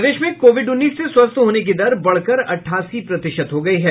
प्रदेश में कोविड उन्नीस से स्वस्थ होने की दर बढ़कर अठासी प्रतिशत हो गयी है